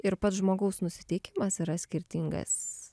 ir pats žmogaus nusiteikimas yra skirtingas